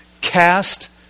Cast